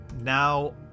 Now